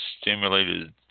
stimulated